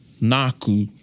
naku